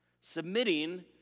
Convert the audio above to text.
Submitting